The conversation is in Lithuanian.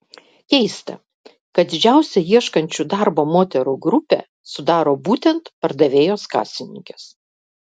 keista kad didžiausią ieškančių darbo moterų grupę sudaro būtent pardavėjos kasininkės